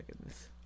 goodness